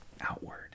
outward